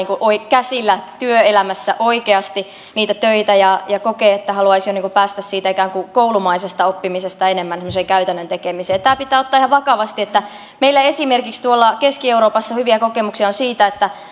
käsillä työelämässä oikeasti niitä töitä ja ja kokee että haluaisi jo päästä siitä ikään kuin koulumaisesta oppimisesta enemmän tämmöiseen käytännön tekemiseen tämä pitää ottaa ihan vakavasti esimerkiksi keski euroopassa on hyviä kokemuksia siitä että